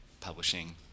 publishing